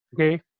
Okay